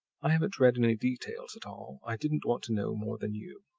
i haven't read any details at all i didn't want to know more than you.